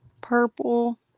Purple